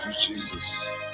Jesus